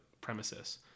premises